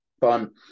fun